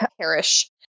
perish